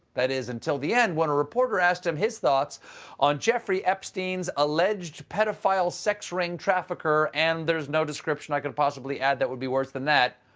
that is until the end when a reporter asked him his thoughts on jeffrey epstein's alleged pedophile sex ring trafficker and there is no description i could possibly add that would be worse than that,